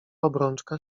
obrączka